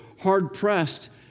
hard-pressed